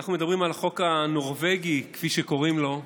אנחנו מדברים על החוק הנורבגי, כפי שקוראים לו,